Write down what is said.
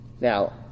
Now